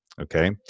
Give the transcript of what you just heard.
okay